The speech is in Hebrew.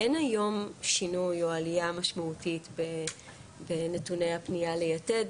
אין היום שינוי או עלייה משמעותית בנתוני הפנייה ל"יתד".